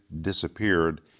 disappeared